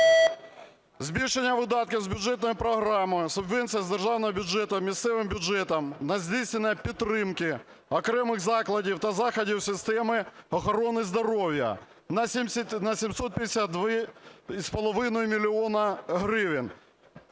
збільшення видатків з бюджетної програми "Субвенція з державного бюджету місцевим бюджетам на здійснення підтримки окремих закладів та заходів системи охорони здоров'я" на 752,5 мільйона